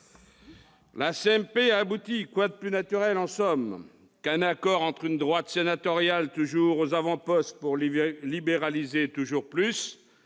La CMP a abouti. Quoi de plus naturel, en somme, qu'un accord entre une droite sénatoriale toujours aux avant-postes pour « libéraliser, toujours plus